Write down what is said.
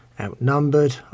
outnumbered